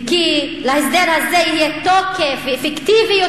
וכי להסדר הזה יהיה תוקף ואפקטיביות